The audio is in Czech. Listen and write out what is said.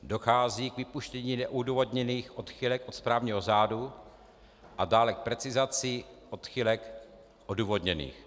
Dochází k vypuštění neodůvodněných odchylek od správního řádu a dále k precizaci odchylek odůvodněných.